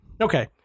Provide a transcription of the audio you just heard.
Okay